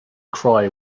cry